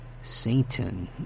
Satan